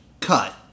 cut